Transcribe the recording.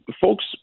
folks